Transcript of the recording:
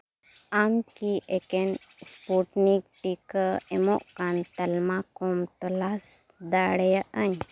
ᱟᱢ ᱠᱤ ᱮᱠᱮᱱ ᱮᱥᱯᱩᱴᱱᱤᱠ ᱴᱤᱠᱟᱹ ᱮᱢᱚᱜ ᱠᱟᱱ ᱛᱟᱞᱢᱟ ᱠᱚᱢ ᱛᱚᱞᱟᱥ ᱫᱟᱲᱮᱭᱟᱜ ᱟᱹᱧ